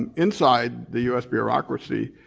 and inside the u s. bureaucracy,